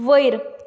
वयर